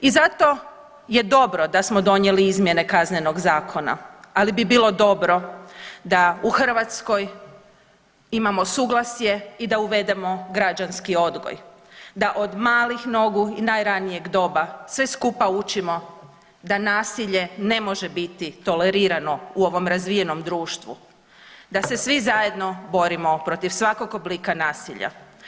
I zato je dobro da smo donijeli izmjene Kaznenog zakona, ali bi bilo dobro da u Hrvatskoj imamo suglasje i da uvedemo građanski odgoj, da od malih nogu i najranijeg doba sve skupa učimo da nasilje ne može biti tolerirano u ovom razvijenom društvu, da se svi zajedno borimo protiv svakog oblika nasilja.